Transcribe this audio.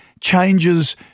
changes